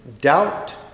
doubt